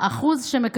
מה שנקרא,